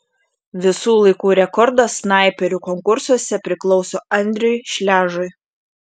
visų laikų rekordas snaiperių konkursuose priklauso andriui šležui